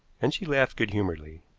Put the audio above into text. and she laughed good-humoredly.